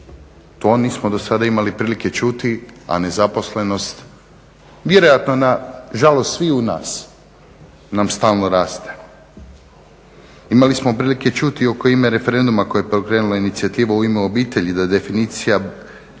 To nismo do sada imali prilike čuti, a nezaposlenost vjerojatno nažalost svih nas, nam stalno raste. Imali smo prilike čuti … referenduma koji je pokrenula Inicijativa "U ime obitelji" oko predložene definicije